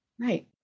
Right